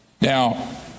Now